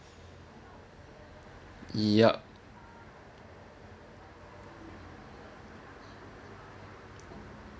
yup